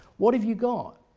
what have you got?